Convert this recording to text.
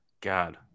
God